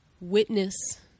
witness